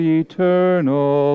eternal